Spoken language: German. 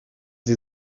sie